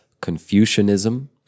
Confucianism